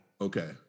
Okay